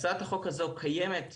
הצעת החוק הזו קיימת בכנסת,